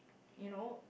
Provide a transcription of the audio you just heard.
you know